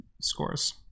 scores